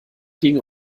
gegen